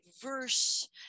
diverse